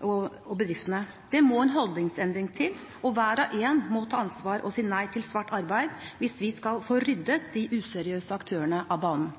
og bedriftene. Det må en holdningsendring til, og hver og en må ta ansvar og si nei til svart arbeid hvis vi skal få ryddet de useriøse aktørene av banen.